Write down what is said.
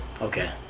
Okay